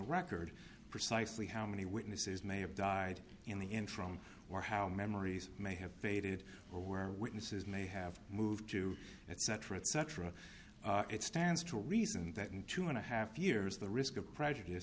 record precisely how many witnesses may have died in the end from war how memories may have faded or where witnesses may have moved to etc etc it stands to reason that in two and a half years the risk of prejudice